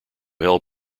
held